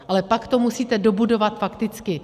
Ale pak to musíte dobudovat fakticky.